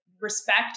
respect